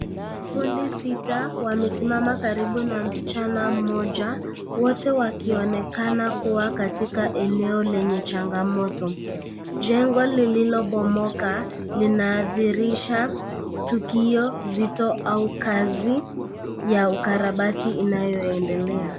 Fundi sita wamesimama karibu na msichana moja, wote wakionekana kuwa katika eneo lenye changamoto. Jengo lililobomoka linaadhirisha tukio nzito au kazi ya ukarabati inayoendelea.